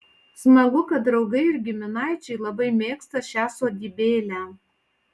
smagu kad draugai ir giminaičiai labai mėgsta šią sodybėlę